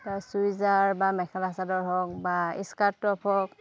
ছুইদাৰ বা মেখেলা চাদৰ হওক বা স্কাৰ্ট টপ হওক